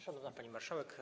Szanowna Pani Marszałek!